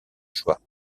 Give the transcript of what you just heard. choix